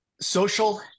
Social